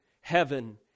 heaven